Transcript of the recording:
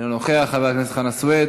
אינו נוכח, חבר הכנסת חנא סוייד,